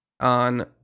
on